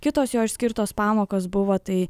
kitos jo išskirtos pamokos buvo tai